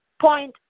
point